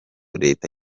leta